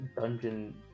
dungeon